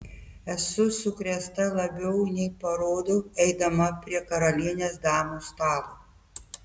esu sukrėsta labiau nei parodau eidama prie karalienės damų stalo